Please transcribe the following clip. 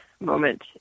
moment